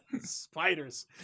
spiders